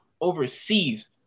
overseas